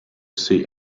see